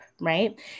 right